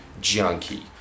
Junkie